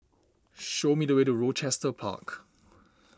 show me the way to Rochester Park